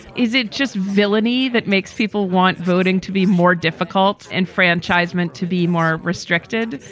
is it just villainy that makes people want voting to be more difficult, enfranchisement to be more restricted?